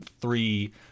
three